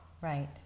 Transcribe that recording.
Right